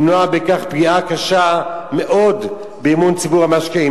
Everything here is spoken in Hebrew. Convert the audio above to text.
למנוע בכך פגיעה קשה מאוד באמון ציבור המשקיעים.